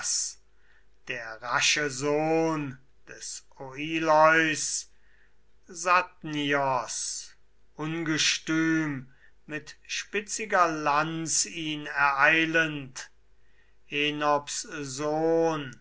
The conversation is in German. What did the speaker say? der rasche sohn des oileus satnios ungestüm mit spitziger lanz ihn ereilend enops sohn